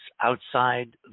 outside